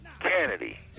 Kennedy